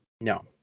No